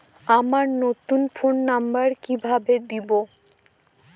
আমার নতুন phone number কিভাবে দিবো?